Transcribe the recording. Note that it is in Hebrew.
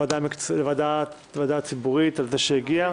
לוועדה הציבורית על שהגיעה.